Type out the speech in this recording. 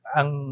ang